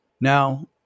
Now